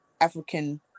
African